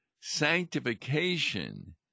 Sanctification